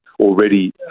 already